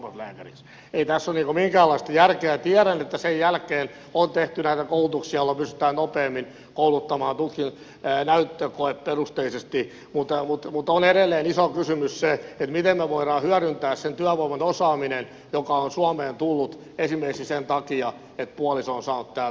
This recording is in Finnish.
ei tässä ole minkäänlaista järkeä ja tiedän että sen jälkeen on tehty näitä koulutuksia joilla pystytään nopeammin kouluttamaan tutkintoon näyttökoeperusteisesti mutta on edelleen iso kysymys se miten me voimme hyödyntää sen työvoiman osaamisen joka on suomeen tullut esimerkiksi sen takia että puoliso on saanut täältä työpaikan